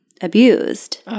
abused